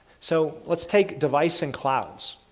so let's take device and clouds.